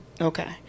Okay